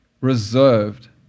reserved